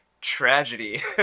tragedy